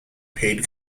paid